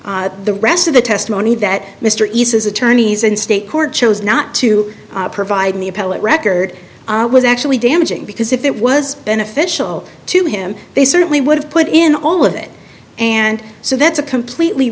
the rest of the testimony that mr isa's attorneys and state court chose not to provide in the appellate record was actually damaging because if it was beneficial to him they certainly would have put in all of it and so that's a completely